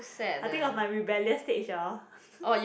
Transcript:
I think of my rebellious stage hor